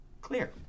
clear